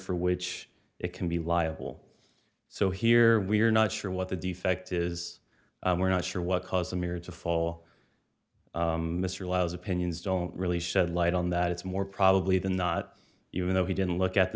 for which it can be liable so here we are not sure what the defect is we're not sure what caused the mirror to fall mr lau's opinions don't really shed light on that it's more probably the not even though he didn't look at the